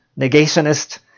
negationist